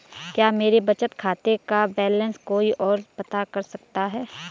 क्या मेरे बचत खाते का बैलेंस कोई ओर पता कर सकता है?